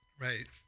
Right